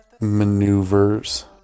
maneuvers